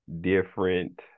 different